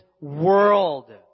world